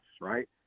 right